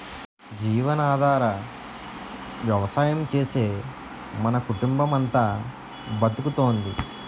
జీవనాధార వ్యవసాయం చేసే మన కుటుంబమంతా బతుకుతోంది